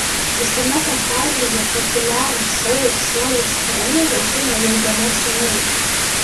visame pasaulyje populiarų šou šuolis trenerė žino jau gana seniai